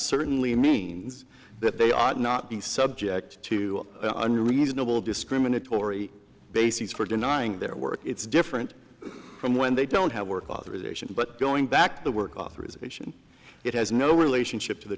certainly means that they ought not be subject to unreasonable discriminatory bases for denying their work it's different from when they don't have work authorization but going back to work authorization it has no relationship to the